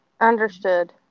Understood